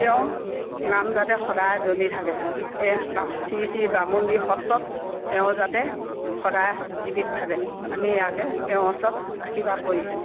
তেওঁ নাম যাতে সদায় উজ্জ্বলি থাকে এয়া শ্ৰী শ্ৰী বামুণীআটি সত্ৰত তেওঁ যাতে সদায় জীৱিত থাকে আমি ইয়াকে তেওঁ ওচৰত আৰ্শীবাদ কৰিছোঁ